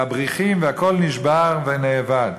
והבריחים, והכול נשבר ונאבד.